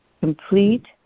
complete